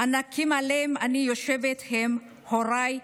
הענקים שעליהם אני יושבת הם הוריי,